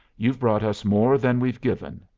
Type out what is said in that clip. you've brought us more than we've given,